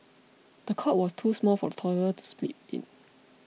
the cot was too small for the toddler to sleep in